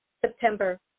September